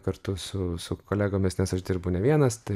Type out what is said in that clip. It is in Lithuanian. kartu su su kolegomis nes aš dirbu ne vienas tai